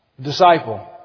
Disciple